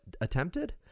attempted